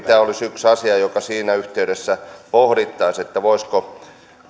tämä olisi yksi asia joka siinä yhteydessä pohdittaisiin voisiko